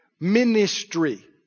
Ministry